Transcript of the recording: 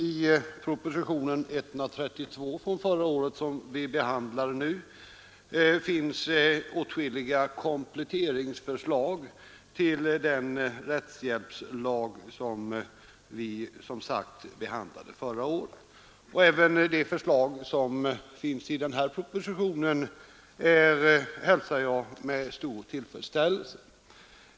I propositionen 132 från förra året som vi behandlar nu finns åtskilliga kompletteringsförslag till den rättshjälpslag som vi, som sagt, behandlade förra året. Även de förslag som finns i denna proposition hälsar jag med stor tillfredsställelse.